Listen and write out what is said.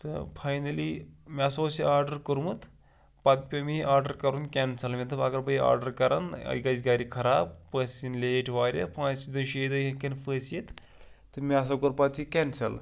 تہٕ فاینٔلی مےٚ ہَسا اوس یہِ آڈَر کوٚرمُت پَتہٕ پیوٚ مےٚ یہِ آڈَر کَرُن کٮ۪نسَل مےٚ دوٚپ اگر بہٕ یہِ آڈَر کَرَن یہِ گژھِ گَرِ خراب پٔژھۍ یِن لیٹ واریاہ پانٛژھِ دۄہہِ شیٚیہِ دۄہہِ ہیٚکَن پٔژھۍ یِتھ تہٕ مےٚ ہَسا کوٚر پَتہٕ یہِ کٮ۪نسَل